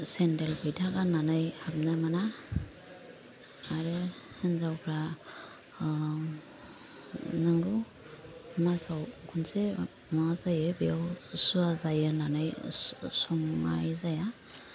सेन्देल फैथा गाननानै हाबनो मोना आरो हिन्जावफोरा नोंगौ मासाव खनसे माबा जायो बेयाव सुवा जायो होननानै संनाय जाया